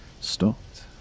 stopped